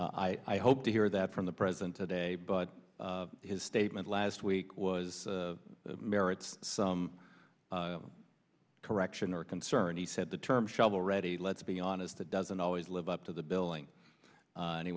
i hope to hear that from the president today but his statement last week was the merits some correction are concerned he said the term shovel ready let's be honest that doesn't always live up to the billing and he